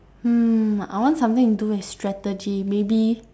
hmm I want something to do with strategy maybe